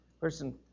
person